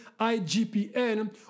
IGPN